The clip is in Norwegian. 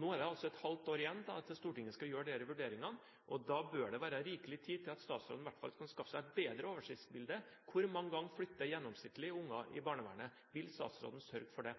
Nå er det altså et halvt år igjen til Stortinget skal gjøre disse vurderingene, og da bør det være rikelig tid til at statsråden i hvert fall kan skaffe seg et bedre oversiktsbilde over hvor mange ganger unger gjennomsnittlig flytter i barnevernet. Vil statsråden sørge for det?